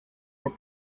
were